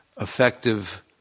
effective